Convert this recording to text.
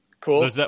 Cool